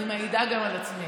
אני מעידה גם על עצמי.